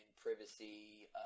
privacy